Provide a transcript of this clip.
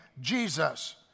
Jesus